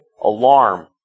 Alarm